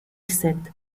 said